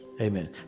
Amen